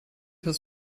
hast